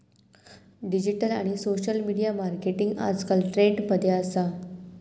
digital आणि social media marketing आजकल trend मध्ये असा